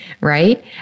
right